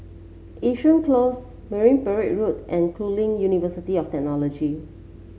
Yishun Close Marine Parade Road and Curtin University of Technology